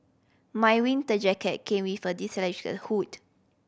my winter jacket came with a hood